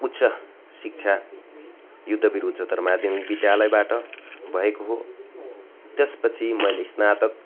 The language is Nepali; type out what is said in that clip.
उच्च शिक्षा युद्धवीर उच्चतर माध्यमिक विद्यालयबाट भएको हो त्यसपछि मैले स्नातक